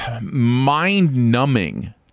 mind-numbing